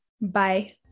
Bye